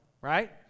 right